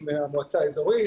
עם המועצה האזורית,